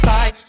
Side